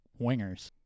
wingers